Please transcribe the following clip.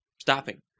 stopping